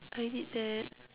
I need that